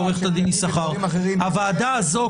הוועדה הזו,